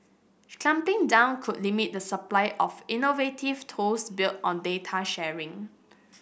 clamping down could limit the supply of innovative tools built on data sharing